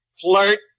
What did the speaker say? Flirt